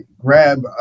grab